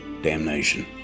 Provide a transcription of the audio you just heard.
damnation